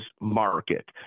market